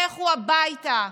לכו הביתה,